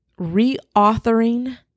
Reauthoring